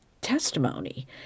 testimony